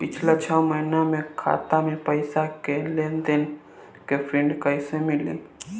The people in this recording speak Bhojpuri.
पिछला छह महीना के खाता के पइसा के लेन देन के प्रींट कइसे मिली?